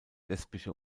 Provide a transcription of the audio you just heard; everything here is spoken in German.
lesbische